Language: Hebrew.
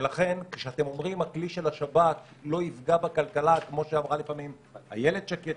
ולכן כשאתם אומרים הכלי של השב"כ לא יפגע בכלכלה כמו שאמרה איילת שקד,